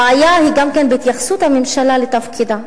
הבעיה היא גם כן בהתייחסות הממשלה לתפקידה.